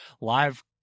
Live